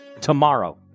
tomorrow